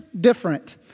different